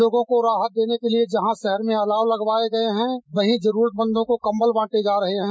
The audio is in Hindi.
लोगों को राहत देने के लिए जहाँ शहर में अलाव लगवायें गये हैं वही जरूरतमंदों को कंबल बांटे जा रहे हैं